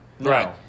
Right